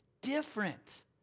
Different